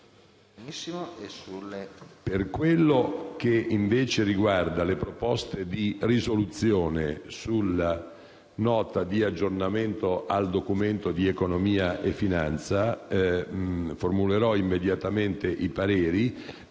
Per quanto riguarda le proposte di risoluzione sulla Nota di aggiornamento del Documento di economia e finanza, formulerò immediatamente i pareri.